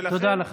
זו הסתה מטורפת.